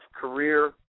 career